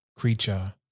Creature